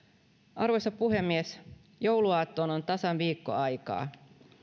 arvoisa puhemies jouluaattoon on tasan viikko aikaa